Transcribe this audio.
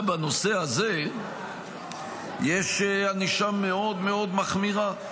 בנושא הזה יש ענישה מאוד מאוד מחמירה.